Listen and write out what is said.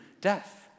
death